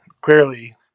clearly